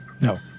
No